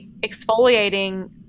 exfoliating